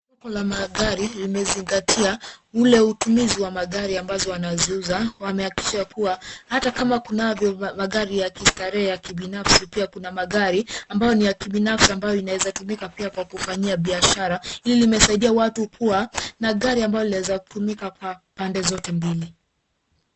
Kuna magari limezingatia ule utumizi wa magari ambazo wanaziuza. Wamehakikisha kuwa hata kama kunavyo magari ya kistarehe ya kibinafsi pia kuna magari ambao ni ya kibinafsi ambao inaeza tumika pia kwa kufanyia biashara, hili limesaidia watu kuwa na gari ambao linaweza kutumika kwa pande zote mbili.